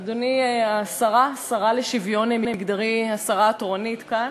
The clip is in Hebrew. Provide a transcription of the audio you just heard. אדוני, השרה לשוויון מגדרי, השרה התורנית, כאן?